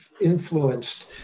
influenced